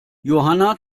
johanna